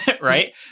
right